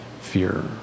fear